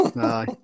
aye